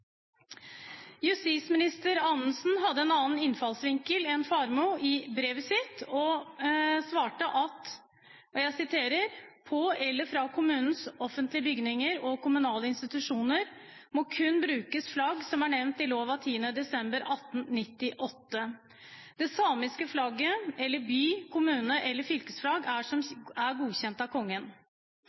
Justisminister Anundsen hadde i sitt brev en annen innfallsvinkel enn Faremo og svarte: «På eller fra kommunenes offentlige bygninger og kommunale institusjoner, må kun brukes flagg som nevnt i lov 10. desember 1898 , det samiske flagget eller by-, kommune- eller fylkesflagg som er godkjent av Kongen.